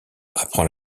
apprend